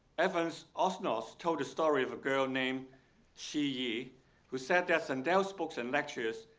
evans osnos told the story of a girl named shi ye who said that sandel's books and lectures